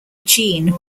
gene